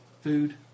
food